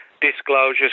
disclosure's